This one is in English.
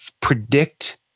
predict